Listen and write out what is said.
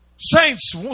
Saints